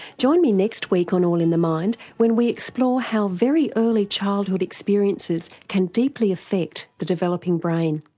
join me next week on all in the mind when we explore how very early childhood experiences can deeply affect the developing brain.